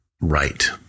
right